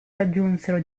raggiunsero